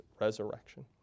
resurrection